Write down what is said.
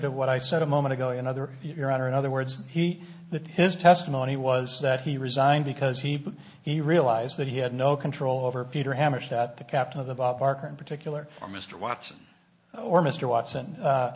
to what i said a moment ago another your honor in other words he that his testimony was that he resigned because he he realized that he had no control over peter hamish that the captain of the bob barker in particular or mr watson or mr watson